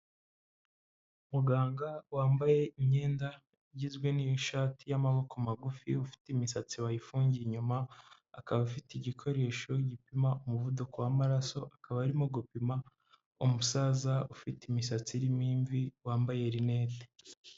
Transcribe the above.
Muganga wambaye imyenda igizwe n'ishati y'amaboko magufi, ufite imisatsi wayifugiye inyuma, akaba afite igikoresho gipima umuvuduko w'amaraso, akaba arimo gupima umusaza ufite imisatsi irimo imvi, wambaye rinete.